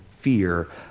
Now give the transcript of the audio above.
fear